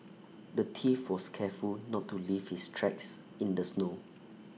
the thief was careful not to leave his tracks in the snow